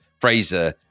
Fraser